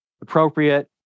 appropriate